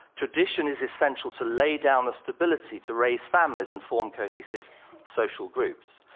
tradition is essential to lay down the stability to raise families and form cohesive social groups.